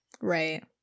Right